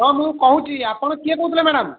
ହଁ ମୁଁ କହୁଛି ଆପଣ କିଏ କହୁଥିଲେ ମ୍ୟାଡ଼ାମ୍